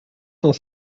cent